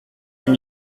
huit